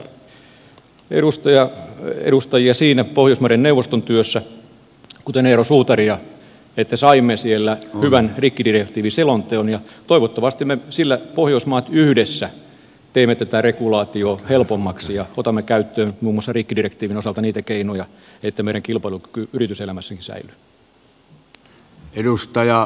pitää kehua edustajia siinä pohjoismaiden neuvoston työssä kuten eero suutaria että saimme siellä hyvän rikkidirektiiviselonteon ja toivottavasti me pohjoismaat yhdessä teemme sillä tätä regulaatiota helpommaksi ja otamme käyttöön muun muassa rikkidirektiivin osalta niitä keinoja että meidän kilpailukykymme yrityselämässäkin säilyy